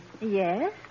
Yes